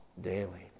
daily